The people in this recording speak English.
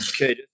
Okay